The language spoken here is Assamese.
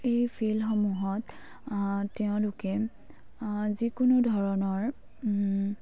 এই ফিল্ডসমূহত তেওঁলোকে যিকোনো ধৰণৰ